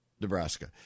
Nebraska